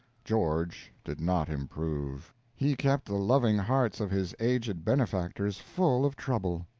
george did not improve he kept the loving hearts of his aged benefactors full of trouble,